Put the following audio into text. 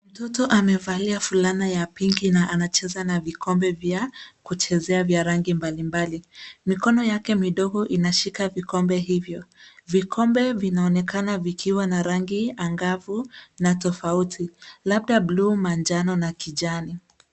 Mtoto amevalia fulana ya pinki na anacheza na vikombe vya kuchezea vya rangi mbali mbali .Mikono yake midogo inashika vikombe hivyo. Vikombe vinaonekana vikiwa na rangi angavu, na tofauti .Labda blue manjano, na kijani.